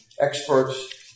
experts